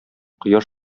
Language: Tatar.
кояш